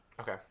Okay